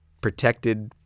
protected